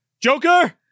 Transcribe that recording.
joker